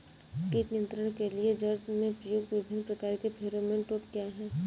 कीट नियंत्रण के लिए ज्वार में प्रयुक्त विभिन्न प्रकार के फेरोमोन ट्रैप क्या है?